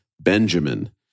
benjamin